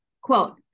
quote